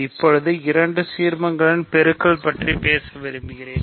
இப்போது இரண்டு சீர்மங்களின் பெருக்கல் பற்றி பேச விரும்புகிறேன்